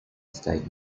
estate